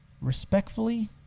respectfully